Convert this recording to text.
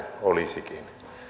olisikin